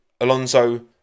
Alonso